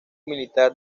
militar